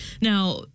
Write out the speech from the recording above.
Now